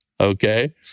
Okay